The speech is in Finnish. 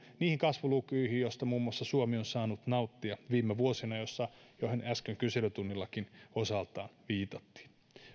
niihin kasvulukuihin joista muun muassa suomi on saanut nauttia viime vuosina joihin äsken kyselytunnillakin osaltaan viitattiin